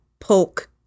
Polk